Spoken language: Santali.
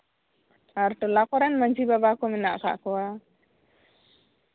ᱟᱨ ᱴᱚᱞᱟ ᱠᱚᱨᱮᱱ ᱢᱟᱹᱱᱡᱷᱤ ᱵᱟᱵᱟ ᱠᱚ ᱢᱮᱱᱟᱜ ᱟᱠᱟᱫ ᱠᱚᱣᱟ